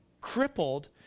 crippled